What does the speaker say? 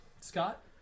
Scott